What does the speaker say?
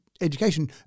education